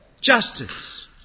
justice